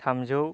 थामजौ